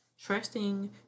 trusting